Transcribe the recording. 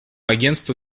агентство